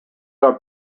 are